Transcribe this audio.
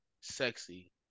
sexy